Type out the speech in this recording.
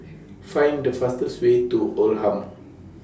Find The fastest Way to Oldham